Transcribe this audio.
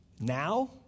now